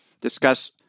discuss